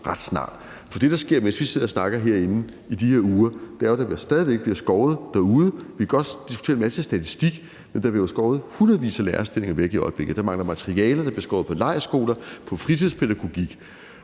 ret snart. For det, der sker i de her uger, mens vi sidder og snakker herinde, er jo, at der stadig væk bliver skåret ned derude. Vi kan også diskutere en masse statistik, men der bliver jo skåret hundredvis af lærerstillinger væk i øjeblikket, der mangler materialer, der bliver skåret ned på lejrskoler og fritidspædagogik.